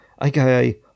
aka